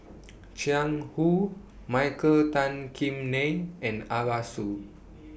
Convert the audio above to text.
Jiang Hu Michael Tan Kim Nei and Arasu